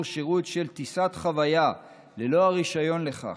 שירות של טיסת חוויה ללא הרישיון לכך.